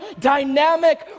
dynamic